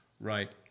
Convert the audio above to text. right